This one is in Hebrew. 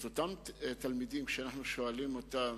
אותם תלמידים שאנחנו שואלים אותם,